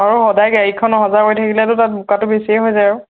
আৰু সদায় গাড়ীখন অহা যোৱা কৰি থাকিলেতো তাত বোকাটো বেছিয়ে হৈ যায় আৰু